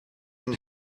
and